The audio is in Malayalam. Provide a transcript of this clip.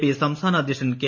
പി സംസ്ഥാന അധ്യക്ഷൻ കെ